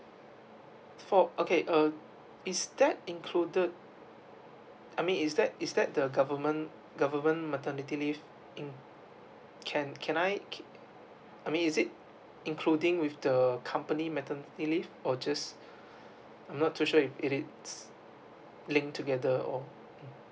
for okay uh is that included I mean is that is that the government government maternity leave in~ can can I I mean is it including with the company's maternity leave or just uh I'm not too sure if it is it's linked together or